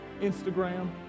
Instagram